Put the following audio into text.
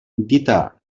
dita